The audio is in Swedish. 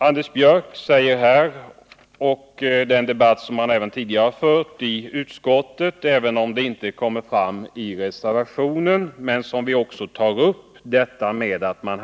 Anders Björck sade att det i viss utsträckning blivit olika tolkningar. Detta har tidigare framhållits i utskottet, men det har inte tagits upp i reservationen.